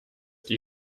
die